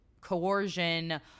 coercion